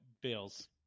Bills